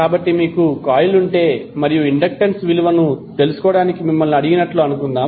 కాబట్టి మీకు కాయిల్ ఉంటే మరియు ఇండక్టెన్స్ విలువను తెలుసుకోవడానికి మిమ్మల్ని అడిగినట్లు అనుకుందాం